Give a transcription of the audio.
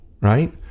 right